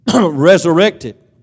resurrected